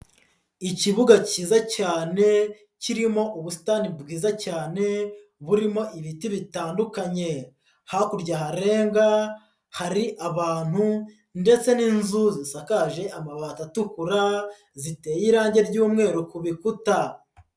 Ikibuga kiza cyane kirimo ubusitani bwiza cyane burimo ibiti bitandukanye. Hakurya harenga hari abantu ndetse n'inzu zisakaje amabati atukura, ziteye irangi ry'umweru ku bikuta.